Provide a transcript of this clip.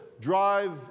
drive